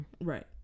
Right